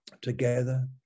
together